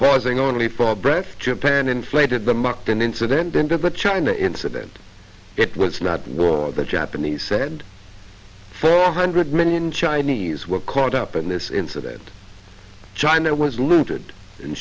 pausing only for breath japan inflated the mocked and incident into the china incident it was not war the japanese said four hundred million chinese were caught up in this incident china was looted